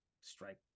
strike